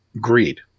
greed